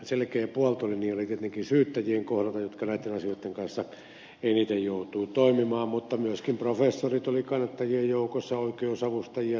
selkeä puoltolinja oli tietenkin syyttäjien kohdalta jotka näitten asioitten kanssa eniten joutuvat toimimaan mutta myöskin professorit olivat kannattajien joukossa oikeusavustajia tuomareita käräjäoikeutta